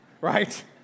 right